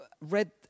read